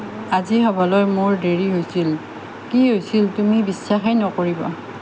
আজি সভালৈ মোৰ দেৰি হৈছিল কি হৈছিল তুমি বিশ্বাসেই নকৰিবা